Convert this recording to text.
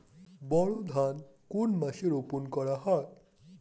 বোরো ধান কোন মাসে রোপণ করা হয়?